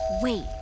Wait